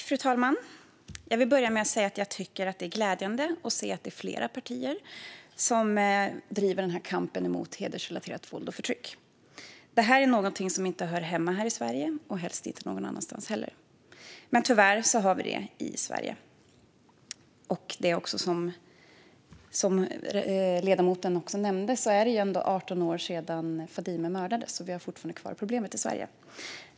Fru talman! Jag vill börja med att säga att det är glädjande att se att det är fler partier som driver kampen mot hedersrelaterat våld och förtryck. Det är någonting som inte hör hemma här i Sverige och helst inte någon annanstans heller. Men tyvärr har vi det i Sverige. Som ledamoten nämnde i sin interpellation är det 18 år sedan Fadime mördades, och vi har fortfarande kvar problemet i Sverige.